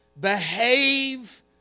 Behave